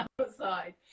outside